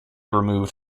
removed